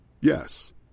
Yes